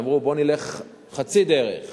שאמרו: בואו נלך חצי דרך,